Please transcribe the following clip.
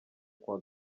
kuwa